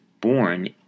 born